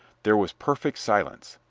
there was perfect silence.